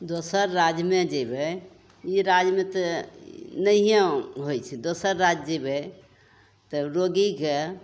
दोसर राज्यमे जएबै ई राज्यमे तऽ नहिए होइ छै दोसर राज्य जएबै तब रोगीके